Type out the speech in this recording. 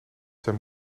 zijn